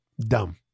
Dumb